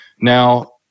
Now